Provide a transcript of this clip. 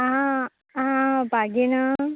आं आं बागीन